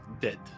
dead